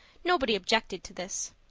nobody objected to this.